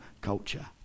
culture